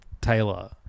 Taylor